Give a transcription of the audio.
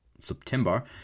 September